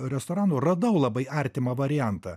restoranų radau labai artimą variantą